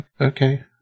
Okay